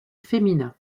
femina